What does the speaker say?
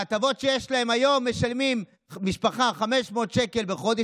וההטבות שיש להם היום: משלמת משפחה 500 שקל בחודש,